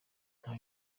nta